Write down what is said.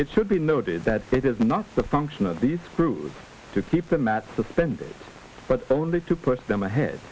it should be noted that it is not the function of these groups to keep the mat suspended but only to put them ahead